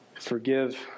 forgive